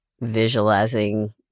visualizing